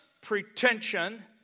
pretension